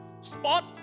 spot